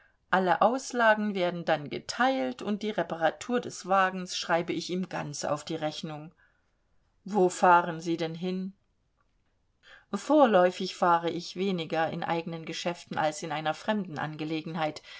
alle auslagen werden dann geteilt und die reparatur des wagens schreibe ich ihm ganz auf die rechnung wo fahren sie denn hin vorläufig fahre ich weniger in eigenen geschäften als in einer fremden angelegenheit